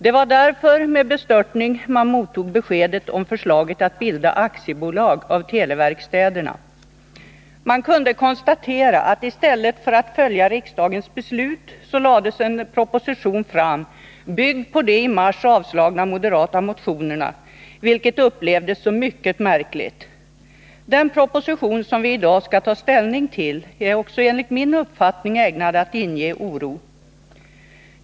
Det var därför med bestörtning man mottog beskedet om förslaget att bilda aktiebolag av televerkstäderna. Man kunde konstatera att regeringen i stället för att följa riksdagens beslut lade fram en proposition byggd på de i mars avslagna moderata motionerna, vilket upplevdes som mycket märkligt. Den proposition som vi i dag skall ta ställning till är också enligt min uppfattning ägnad att inge oro.